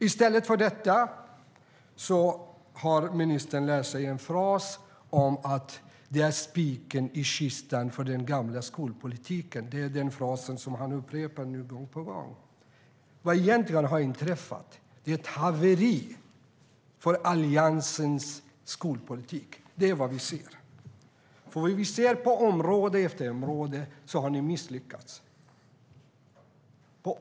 I stället har ministern lärt sig en fras: Det är spiken i kistan för den gamla skolpolitiken. Det är den fras han upprepar gång på gång. Vad som egentligen har inträffat är ett haveri för Alliansens skolpolitik. Det är vad vi ser. Det vi ser på område efter område är att ni har misslyckats.